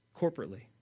corporately